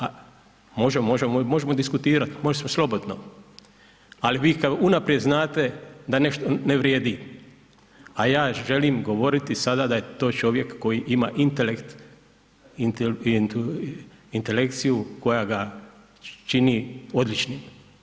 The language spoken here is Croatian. A može, može možemo diskutirati, može slobodno, ali vi kao unaprijed znate da nešto ne vrijedi, a ja želim govoriti sada da je to čovjek koji ima intelekt, intelekciju koja ga čini odličnim.